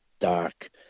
dark